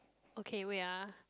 okay wait ah